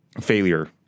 failure